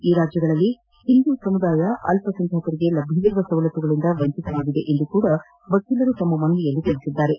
ಈ ರಾಜ್ಞಗಳಲ್ಲಿ ಹಿಂದೂ ಸಮುದಾಯ ಅಲ್ಲಸಂಖ್ಯಾತರಿಗೆ ಲಭ್ಯವಿರುವ ಸವಲತ್ತುಗಳಿಂದ ವಂಚಿತರಾಗಿದ್ದಾರೆ ಎಂದೂ ಅವರು ಮನವಿಯಲ್ಲಿ ತಿಳಿಸಿದ್ದರು